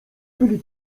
byli